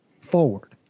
forward